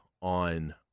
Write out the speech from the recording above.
on